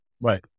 Right